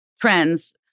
trends